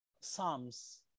Psalms